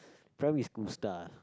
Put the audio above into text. primary school star